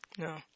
No